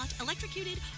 electrocuted